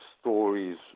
stories